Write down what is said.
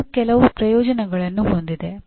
ಇದು ಕೆಲವು ಪ್ರಯೋಜನಗಳನ್ನು ಹೊಂದಿದೆ